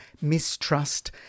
mistrust